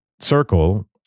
circle